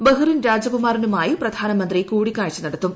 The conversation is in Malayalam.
ബഹ്റിൻ രാജകുമാരനുമായി പ്രധാനമന്ത്രി കൂടിക്കാഴ്ച നടത്തും